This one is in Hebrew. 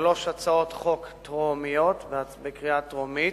שלוש הצעות חוק טרומיות, לקריאה טרומית,